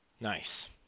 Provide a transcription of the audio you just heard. Nice